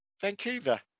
Vancouver